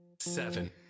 Seven